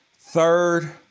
third